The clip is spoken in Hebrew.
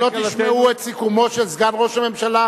אם לא תשמעו את סיכומו של סגן ראש הממשלה,